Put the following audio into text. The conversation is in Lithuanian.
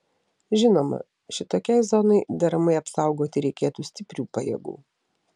žinoma šitokiai zonai deramai apsaugoti reikėtų stiprių pajėgų